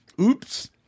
Oops